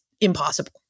impossible